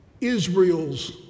Israel's